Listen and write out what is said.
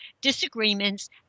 disagreements